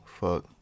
Fuck